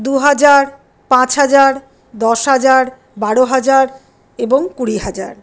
দু হাজার পাঁচ হাজার দশ হাজার বারো হাজার এবং কুড়ি হাজার